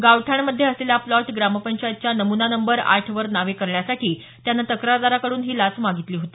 गावठाणमध्ये असलेला प्लॉट ग्रामपंचायतच्या नमुना नंबर आठ वर नावे करण्यासाठी त्यानं तक्रारदाराकडून ही लाच मागितली होती